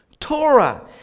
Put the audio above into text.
Torah